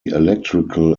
electrical